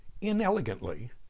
Inelegantly